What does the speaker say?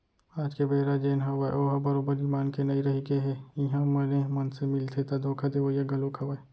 आज के बेरा जेन हवय ओहा बरोबर ईमान के नइ रहिगे हे इहाँ बने मनसे मिलथे ता धोखा देवइया घलोक हवय